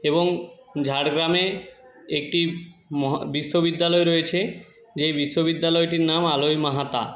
এবং ঝাড়গ্রামে একটি মহা বিশ্ববিদ্যালয় রয়েছে যে বিশ্ববিদ্যালয়টির নাম আলোয় মাহাতা